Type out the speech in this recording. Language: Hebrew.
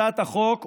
הצעת החוק,